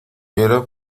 era